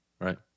Right